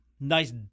nice